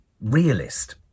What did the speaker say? realist